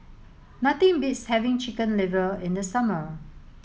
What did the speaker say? nothing beats having chicken liver in the summer